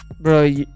Bro